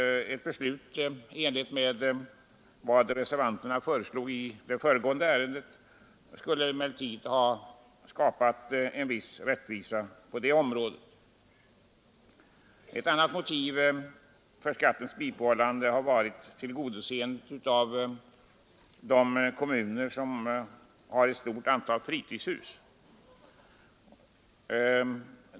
Ett beslut i enlighet med vad reservanterna föreslog i det föregående ärendet på föredragningslistan skulle emellertid ha skapat en viss rättvisa på det området. Ett annat motiv för skattens bibehållande har varit tillgodoseendet av kommuner med ett stort antal fritidshus.